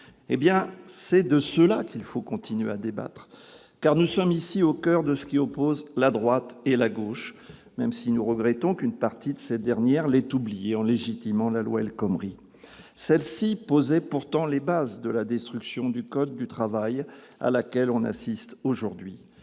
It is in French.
Eh bien, c'est de cela qu'il faut continuer à débattre ! Car nous sommes ici au coeur de ce qui oppose la droite et la gauche, même si nous regrettons qu'une partie de cette dernière l'ait oublié en légitimant la loi El Khomri. Celle-ci posait pourtant les bases de la destruction du code du travail à laquelle on assiste aujourd'hui.